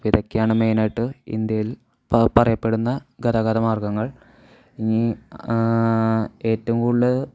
അപ്പോൾ ഇതൊക്കെയാണ് മെയ്നായിട്ട് ഇന്ത്യയിൽ പറയപ്പെടുന്ന ഗതാഗതമാർഗ്ഗങ്ങൾ ഇനി ഏറ്റവും കൂടുതൽ